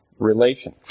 relation